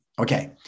Okay